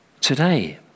today